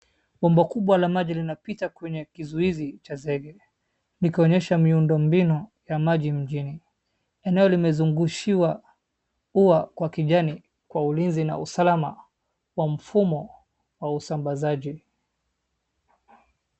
Bomba kubwa la maji linapita kwenye kizuizi cha zege ikionyesha miundo mbinu ya maji mjini. Eneo limezungushiwa ua kwa kijani kwa ulinzi na usalama wa mfumo wa usambazaji.